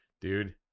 Dude